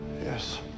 yes